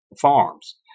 farms